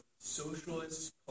socialist